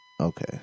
Okay